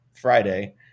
Friday